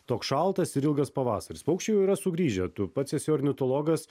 toks šaltas ir ilgas pavasaris paukščiai jau yra sugrįžę tu pats esi ornitologas